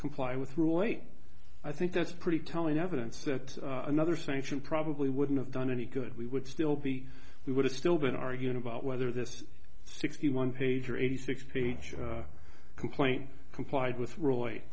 comply with rule eight i think that's pretty telling evidence that another sanction probably wouldn't have done any good we would still be we would have still been arguing about whether this sixty one page or eighty six page complaint complied with roy